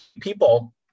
people